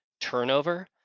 turnover